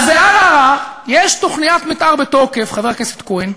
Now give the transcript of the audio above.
אז בערערה יש תוכניות מתאר בתוקף, חבר הכנסת כהן.